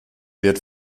wird